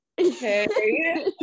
okay